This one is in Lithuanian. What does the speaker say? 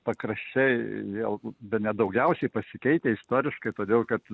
pakraščiai vėl bene daugiausiai pasikeitę istoriškai todėl kad